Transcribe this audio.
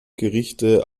gerichte